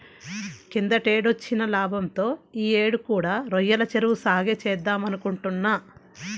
కిందటేడొచ్చిన లాభంతో యీ యేడు కూడా రొయ్యల చెరువు సాగే చేద్దామనుకుంటున్నా